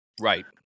Right